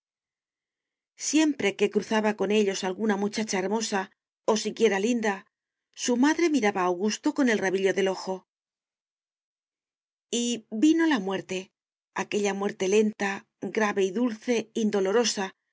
siempre que cruzaba con ellos alguna muchacha hermosa o siquiera linda su madre miraba a augusto con el rabillo del ojo y vino la muerte aquella muerte lenta grave y dulce